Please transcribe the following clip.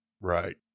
Right